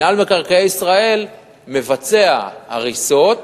מינהל מקרקעי ישראל מבצע הריסות